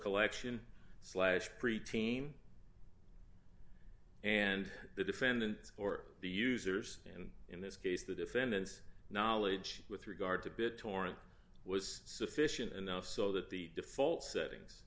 collection slash pre teen and the defendant or the users and in this case the defendant knowledge with regard to bittorrent was sufficient enough so that the default settings